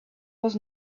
was